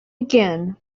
again